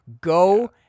Go